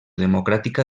democràtica